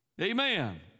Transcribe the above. Amen